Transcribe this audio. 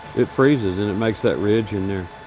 it freezes it. it makes that ridge in there.